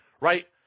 right